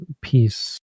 peace